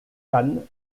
cannes